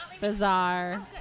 Bizarre